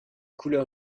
couleur